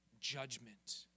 judgment